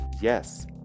yes